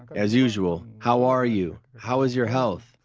as usual how are you, how is your health?